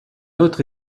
autre